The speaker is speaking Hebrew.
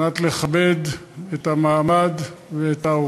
אם תדאגו לחקלאים כמו שאתם דואגים,